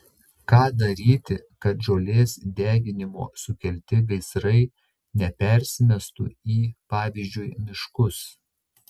ką daryti kad žolės deginimo sukelti gaisrai nepersimestų į pavyzdžiui miškus